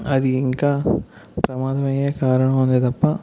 అది ఇంకా ప్రమాదం అయ్యే కారణం ఉంది తప్ప